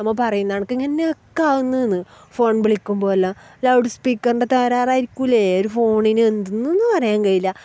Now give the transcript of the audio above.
നമ്മൾ പറയുന്ന കണക്ക് ഇങ്ങനെ എക്കോ ആവുന്നു എന്ന് ഫോൺ വിളിക്കുമ്പോൾ എല്ലാം ലൗഡ് സ്പീക്കറിൻ്റെ തകരാറായിരിക്കില്ലേ ഒരു ഫോണിന് എന്തെന്ന് പറയാൻ കഴിയില്ല